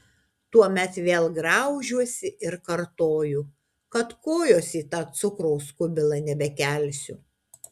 tuomet vėl graužiuosi ir kartoju kad kojos į tą cukraus kubilą nebekelsiu